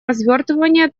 развертывания